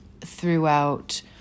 throughout